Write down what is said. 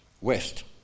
west